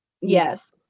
Yes